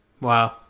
Wow